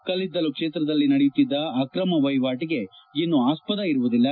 ಕಲ್ಲಿದ್ದಲು ಕ್ಷೇತ್ರದಲ್ಲಿ ನಡೆಯುತ್ತಿದ್ದ ಅಕ್ರಮ ವಹಿವಾಟಿಗೆ ಇನ್ನು ಆಸ್ಪದ ಇರುವುದಿಲ್ಲ